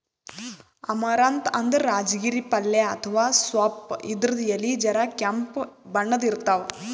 amaranth ಅಂದ್ರ ರಾಜಗಿರಿ ಪಲ್ಯ ಅಥವಾ ಸೊಪ್ಪ್ ಇದ್ರ್ ಎಲಿ ಜರ ಕೆಂಪ್ ಬಣ್ಣದ್ ಇರ್ತವ್